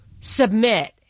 submit